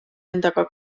endaga